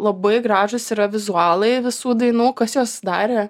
labai gražūs yra vizualai visų dainų kas juos darė